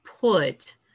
put